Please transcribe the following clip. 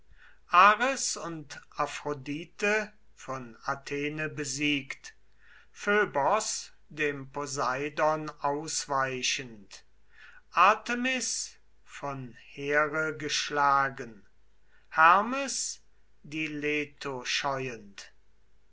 ares und aphrodite von athene besiegt phöbos dem poseidon ausweichend artemis von here geschlagen hermes die leto scheuend